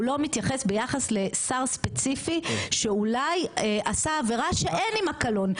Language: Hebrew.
הוא לא מתייחס ביחס לשר ספציפי שאולי עשה עבירה שאין עמה קלון,